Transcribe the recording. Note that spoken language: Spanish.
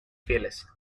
fieles